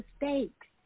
mistakes